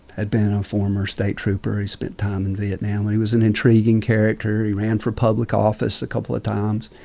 had been a former state trooper. he spent time in vietnam. and he was an intriguing character. he ran for public office a couple of times.